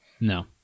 no